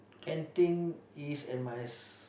canteen is at my s~